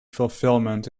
fulfilment